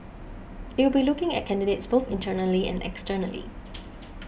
it will be looking at candidates both internally and externally